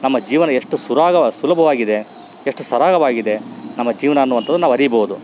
ನಮ್ಮ ಜೀವನ ಎಷ್ಟು ಸುರಾಗ ಸುಲಭವಾಗಿದೆ ಎಷ್ಟು ಸರಾಗವಾಗಿದೆ ನಮ್ಮ ಜೀವನ ಅನ್ನುವಂಥದ್ ನಾವು ಅರಿಬೋದು